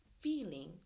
feeling